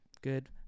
good